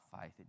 faith